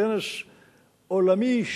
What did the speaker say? כנס עולמי,